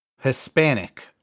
Hispanic